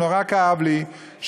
שנורא כאב לי,